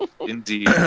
indeed